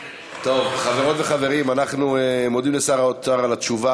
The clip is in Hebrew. חברות וחברים, אנחנו מודים לשר האוצר על התשובה.